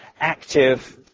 active